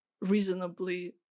Reasonably